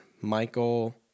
Michael